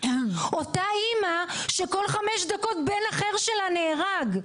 אותה אימא שכל חמש דקות בן אחר שלה נהרג.